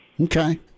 Okay